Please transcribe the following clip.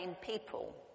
people